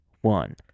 one